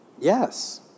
Yes